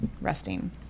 resting